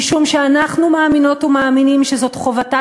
משום שאנחנו מאמינות ומאמינים שזאת חובתה